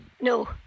No